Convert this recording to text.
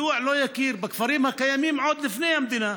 מדוע לא יכיר בכפרים הקיימים עוד לפני המדינה,